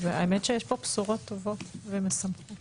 האמת שיש פה בשורות טובות ומשמחות.